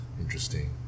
Interesting